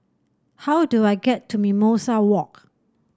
how do I get to Mimosa Walk